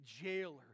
jailer